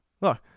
Look